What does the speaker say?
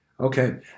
Okay